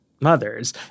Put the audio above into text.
mothers